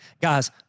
guys